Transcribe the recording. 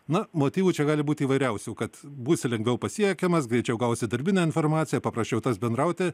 na motyvų čia gali būti įvairiausių kad būsi lengviau pasiekiamas greičiau gausi darbinę informaciją paprašiau tas bendrauti